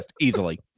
easily